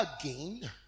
again